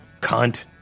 cunt